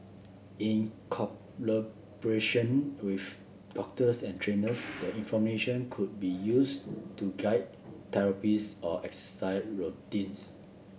in collaboration with doctors and trainers the information could be use to guide therapies or exercise routines